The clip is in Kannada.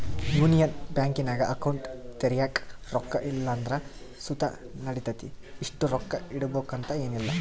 ಯೂನಿಯನ್ ಬ್ಯಾಂಕಿನಾಗ ಅಕೌಂಟ್ ತೆರ್ಯಾಕ ರೊಕ್ಕ ಇಲ್ಲಂದ್ರ ಸುತ ನಡಿತತೆ, ಇಷ್ಟು ರೊಕ್ಕ ಇಡುಬಕಂತ ಏನಿಲ್ಲ